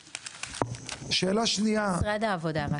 שאלה שנייה --- משרד העבודה.